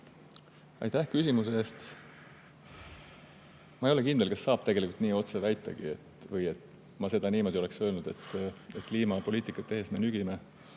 Aitäh küsimuse eest! Ma ei ole kindel, kas saab tegelikult nii otse väita või et ma niimoodi oleksin öelnud, et kliimapoliitikat tehes me nügime